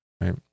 right